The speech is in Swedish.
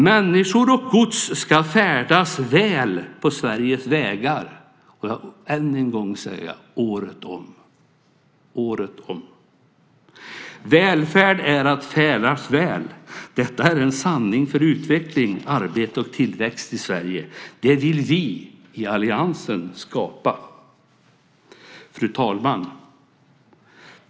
Människor och gods ska färdas väl på Sveriges vägar. Jag säger än en gång: året om. Välfärd är att färdas väl. Det är en sanning för utveckling, arbete och tillväxt i Sverige. Det vill vi i alliansen skapa. Fru talman!